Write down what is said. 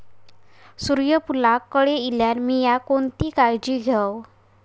सूर्यफूलाक कळे इल्यार मीया कोणती काळजी घेव?